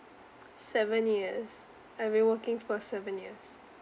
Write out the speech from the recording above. seven years I've been working for seven years